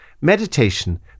Meditation